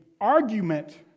argument